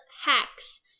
hacks